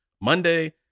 Monday